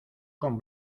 con